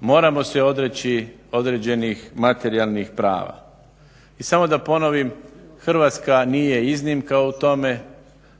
moramo se odreći određenih materijalnih prava. I samo da ponovim, Hrvatska nije iznimka u tome.